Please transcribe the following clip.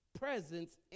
presence